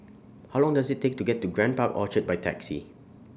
How Long Does IT Take to get to The Grand Park Orchard By Taxi